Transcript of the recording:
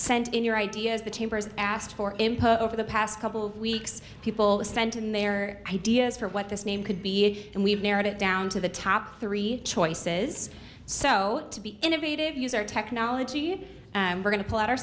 sent in your ideas the chamber's asked for input over the past couple of weeks people sent in their ideas for what this name could be a and we've narrowed it down to the top three choices so to be innovative use our technology we're going to pull out our